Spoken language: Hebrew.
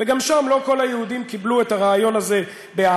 וגם שם לא כל היהודים קיבלו את הרעיון הזה באהדה.